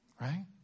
right